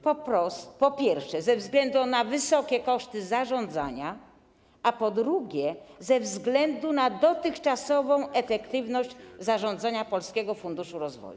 Po pierwsze, ze względu na wysokie koszty zarządzania, a po drugie, ze względu na dotychczasową efektywność zarządzania Polskiego Funduszu Rozwoju.